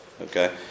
Okay